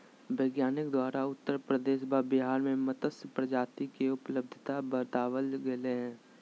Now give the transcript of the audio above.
वैज्ञानिक द्वारा उत्तर प्रदेश व बिहार में मत्स्य प्रजाति के उपलब्धता बताबल गले हें